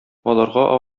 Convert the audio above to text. аларга